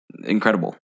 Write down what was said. incredible